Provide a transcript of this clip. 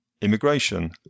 immigration